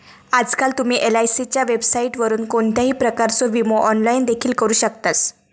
आजकाल तुम्ही एलआयसीच्या वेबसाइटवरून कोणत्याही प्रकारचो विमो ऑनलाइन देखील करू शकतास